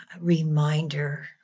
reminder